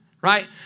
right